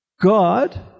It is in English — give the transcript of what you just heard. God